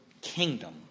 kingdom